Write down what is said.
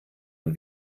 und